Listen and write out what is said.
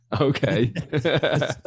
okay